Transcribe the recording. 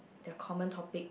their common topic